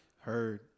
Heard